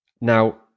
Now